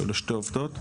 היו לה שתי עובדות.